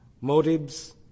motives